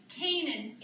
canaan